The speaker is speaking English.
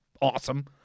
awesome